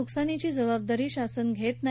नुकसानीची जबाबदारी शासन घेत नाही